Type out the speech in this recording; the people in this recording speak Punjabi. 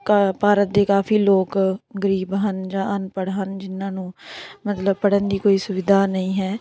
ਕਾ ਭਾਰਤ ਦੇ ਕਾਫ਼ੀ ਲੋਕ ਗਰੀਬ ਹਨ ਜਾਂ ਅਨਪੜ੍ਹ ਹਨ ਜਿਨ੍ਹਾਂ ਨੂੰ ਮਤਲਬ ਪੜ੍ਹਨ ਦੀ ਕੋਈ ਸੁਵਿਧਾ ਨਹੀਂ ਹੈ